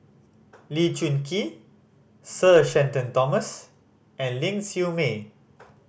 Lee Choon Kee Sir Shenton Thomas and Ling Siew May